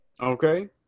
Okay